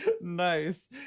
Nice